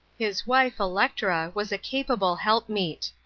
his wife, electra, was a capable helpmeet,